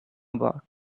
about